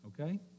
okay